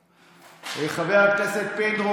התורה: חברי הכנסת משה גפני,